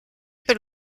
per